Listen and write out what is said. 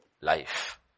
life